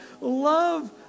love